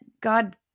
God